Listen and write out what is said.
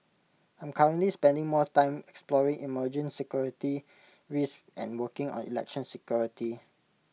I'm currently spending more time exploring emerging security risks and working on election security